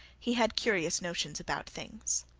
he had curious notions about things.